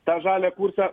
tą žalią pusę